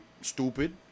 stupid